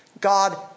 God